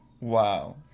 Wow